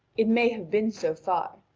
it may have been so far,